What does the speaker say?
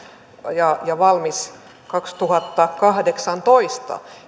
ja ja valmis kaksituhattakahdeksantoista